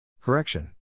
Correction